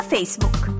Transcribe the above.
Facebook